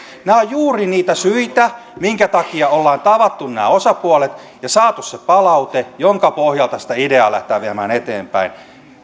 nämä ovat juuri niitä syitä minkä takia ollaan tavattu nämä osapuolet ja saatu se palaute jonka pohjalta sitä ideaa lähdetään viemään eteenpäin sitten